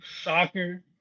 soccer